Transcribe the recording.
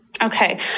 Okay